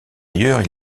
ailleurs